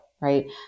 right